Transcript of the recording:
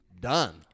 done